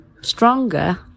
stronger